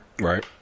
Right